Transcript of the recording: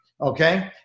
okay